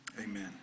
Amen